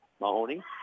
Mahoney